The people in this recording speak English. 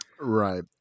Right